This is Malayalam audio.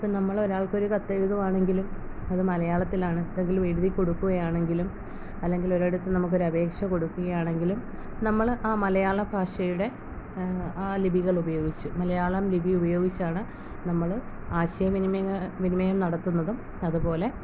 ഇപ്പോൾ നമ്മൾ ഒരാൾക്ക് ഒരു കത്ത് എഴുതുകയാണെങ്കിലും അത് മലയാളത്തിലാണ് എപ്പോഴെങ്കിലും എഴുതി കൊടുക്കുക ആണെങ്കിലും അല്ലെങ്കിൽ ഒരിടത്ത് നമുക്ക് ഒരു അപേക്ഷ കൊടുക്കുകയാണെങ്കിലും നമ്മൾ ആ മലയാള ഭാഷയുടെ ആ ലിപികളുപയോഗിച്ച് മലയാളം ലിപി ഉപയോഗിച്ചാണ് നമ്മൾ ആശയ വിനിമയങ്ങൾ വിനിമയം നടക്കുന്നതും അതുപോലെ